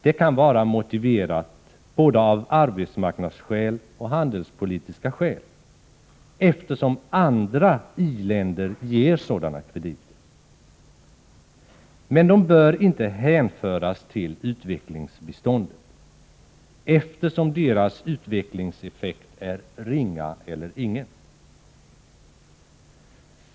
Det kan vara motiverat av både arbetsmarknadsskäl och handelspolitiska skäl, eftersom andra i-länder ger sådana krediter. Men de bör inte hänföras till utvecklingsbiståndet, eftersom deras utvecklingseffekt är ringa eller ingen.